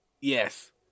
Yes